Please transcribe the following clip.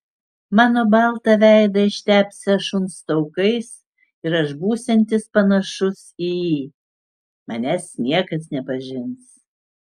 mano baltą veidą ištepsią šuns taukais ir aš būsiantis panašus į jį manęs niekas nepažins